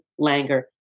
Langer